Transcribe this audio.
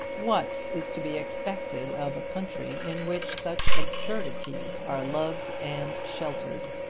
what is to be expected of a country in which such absurdities are loved and sheltered?